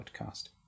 podcast